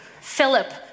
Philip